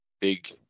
big